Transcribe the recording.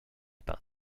par